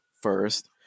first